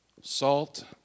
Salt